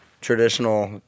traditional